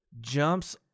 jumps